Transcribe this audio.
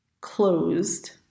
closed